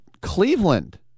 Cleveland